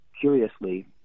curiously